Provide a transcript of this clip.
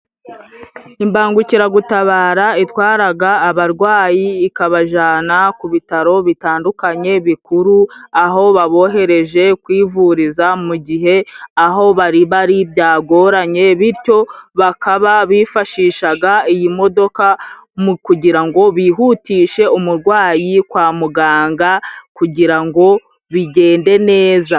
Imbangukiragutabara itwaraga abarwayi ikabajana ku bitaro bitandukanye bikuru, aho babohereje kwivuriza mu gihe aho bari bari byagoranye, bityo bakaba bifashishaga iyi modoka mu kugira ngo bihutishe umurwayi kwa muganga kugira ngo bigende neza.